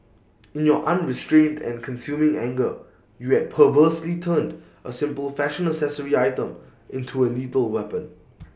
in your unrestrained and consuming anger you had perversely turned A simple fashion accessory item into A lethal weapon